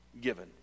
given